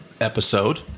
episode